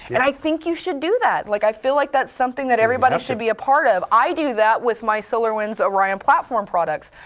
and i think you should do that. like i feel like that's something that everybody should be a part of. i do that with my solarwinds orion platform products.